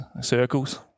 circles